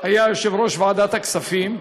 היה יושב-ראש ועדת הכספים,